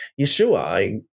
Yeshua